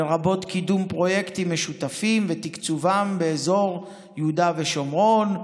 לרבות קידום פרויקטים משותפים ותקצובם באזור יהודה ושומרון.